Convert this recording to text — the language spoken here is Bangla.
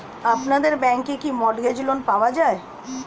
আপনাদের ব্যাংকে কি মর্টগেজ লোন পাওয়া যায়?